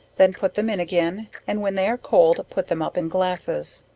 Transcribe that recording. then put them in again and when they are cold, put them up in glasses.